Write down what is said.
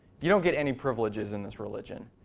you don't get any privileges in this religion.